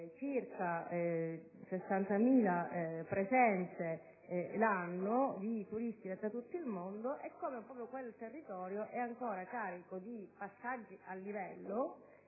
circa 60.000 presenze di turisti da tutto il mondo. Quel territorio è ancora carico di passaggi a livello